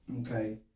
Okay